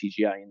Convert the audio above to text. CGI